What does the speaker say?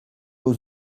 aux